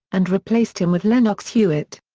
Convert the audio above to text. and replaced him with lenox hewitt.